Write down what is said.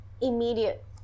immediate